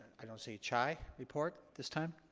i don't see chi report this time?